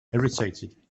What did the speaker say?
irritated